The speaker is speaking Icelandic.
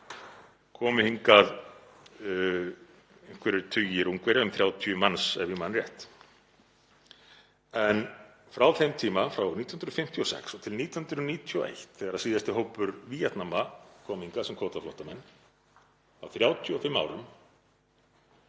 komu hingað einhverjir tugir Ungverja, um 30 manns, ef ég man rétt. En frá þeim tíma, frá 1956–1991, þegar síðasti hópur Víetnama kom hingað sem kvótaflóttamenn, á 35 árum,